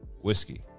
Whiskey